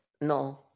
No